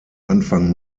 anfang